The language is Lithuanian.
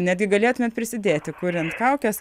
netgi galėtumėt prisidėti kuriant kaukes